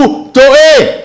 הוא טועה.